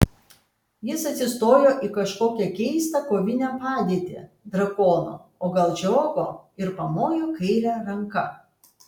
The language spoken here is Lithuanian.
jis atsistojo į kažkokią keistą kovinę padėtį drakono o gal žiogo ir pamojo kaire ranka